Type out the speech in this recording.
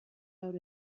out